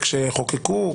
כשחוקקו,